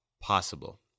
possible